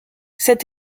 cet